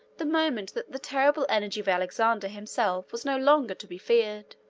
the moment that the terrible energy of alexander himself was no longer to be feared.